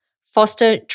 Foster